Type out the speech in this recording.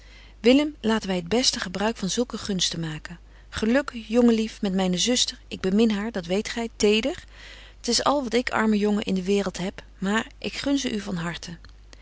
willem laten wy het beste gebruik van zulke gunsten maken geluk jongen lief met myne zuster ik bemin haar dat weet gy teder t is al wat ik arme jongen in de waereld heb maar ik gun ze u van harten